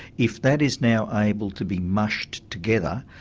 if that is now able to be mushed together,